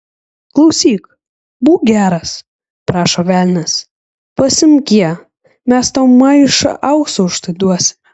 klausyk būk geras prašo velnias pasiimk ją mes tau maišą aukso už tai duosime